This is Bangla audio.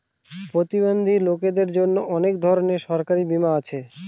প্রতিবন্ধী লোকদের জন্য অনেক ধরনের সরকারি বীমা আছে